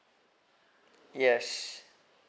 yes